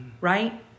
right